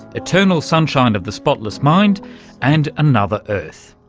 eternal sunshine of the spotless mind and another earth.